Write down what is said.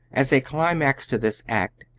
as a climax to this act,